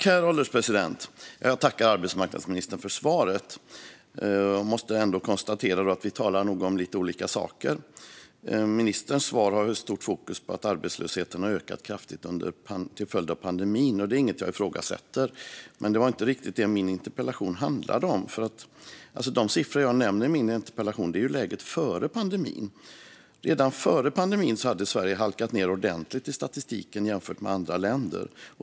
Herr ålderspresident! Jag tackar arbetsmarknadsministern för svaret. Men jag måste konstatera att vi nog talar om lite olika saker. Ministern har i sitt svar stort fokus på att arbetslösheten har ökat kraftigt till följd av pandemin. Det är inget jag ifrågasätter. Men min interpellation handlar inte riktigt om det. De siffror jag nämner i min interpellation gäller läget före pandemin. Redan före pandemin hade Sverige halkat ned ordentligt i statistiken jämfört med andra länder.